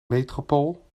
metropool